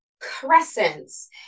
crescents